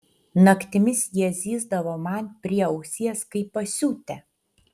naktimis jie zyzdavo man prie ausies kaip pasiutę